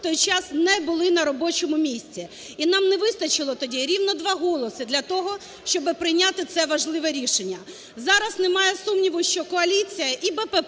в той час не були на робочому місці. І нам не вистачило тоді рівно два голоси для того, щоби прийняти це важливе рішення. Зараз, немає сумніву, що коаліція: і БПП,